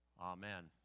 Amen